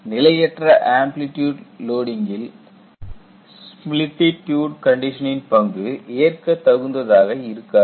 நிலையற்ற ஆம்ப்லிட்யூட் லோடிங்கில் ஸ்மிலிட்டியூட் கண்டிஷனின் பங்கு ஏற்க தகுந்ததாக இருக்காது